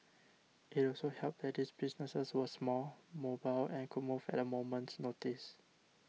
it also helped that these businesses were small mobile and could move at a moment's notice